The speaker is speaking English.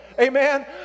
Amen